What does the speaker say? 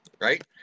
Right